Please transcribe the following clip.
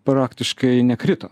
praktiškai nekrito